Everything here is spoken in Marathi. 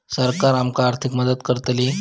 सरकार आमका आर्थिक मदत करतली?